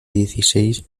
dieciséis